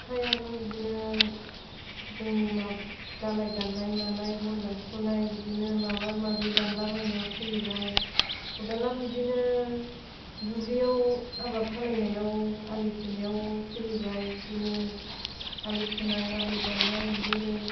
सिखायाबो बिदिनो जोंनि दालाइ दाननाय हानाय बन दानस'नाय बिदिनो माबा माबि दानलाबायनायाव सोलिबाय खदालाबो बिदिनो दुब्लियाव आबाद खालामनायाव आलि थेनायाव सोलिबाय बिदिनो आलि खोनाय आलि दाननाय बिदिनो